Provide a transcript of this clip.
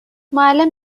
معلم